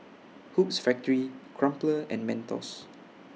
Hoops Factory Crumpler and Mentos